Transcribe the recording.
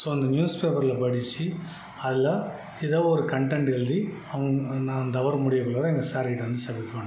so அந்த news பேப்பரில் படித்து அதில் ஏதோ ஒரு கன்டெண்ட் எழுதி அவங் நான் அந்த ஹவரு முடிகிறக்குள்ளார எங்கள் சாரு கிட்டே வந்து சப்மிட் பண்ணணும்